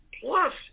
plus